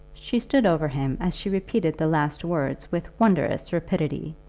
she stood over him as she repeated the last words with wondrous rapidity,